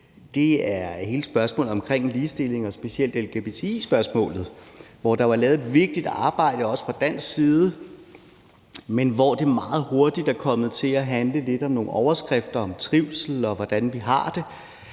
i, er hele spørgsmålet omkring ligestilling og specielt lgbti-spørgsmålet, hvor der jo er lavet et vigtigt arbejde, også fra dansk side, men hvor det meget hurtigt er kommet til at handle lidt om nogle overskrifter om trivsel og om, hvordan vi har det.